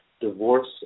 divorce